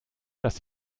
dass